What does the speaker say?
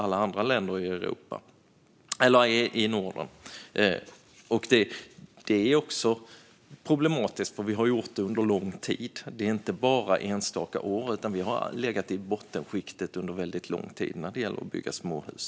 Att vi har gjort det under lång tid är också problematiskt. Det handlar inte om enstaka år, utan Sverige har legat i bottenskiktet under lång tid när det gäller att bygga småhus.